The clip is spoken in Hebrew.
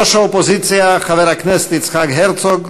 ראש האופוזיציה חבר הכנסת יצחק הרצוג,